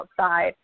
outside